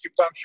acupuncture